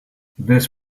this